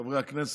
חברי הכנסת,